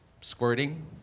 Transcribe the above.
squirting